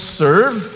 serve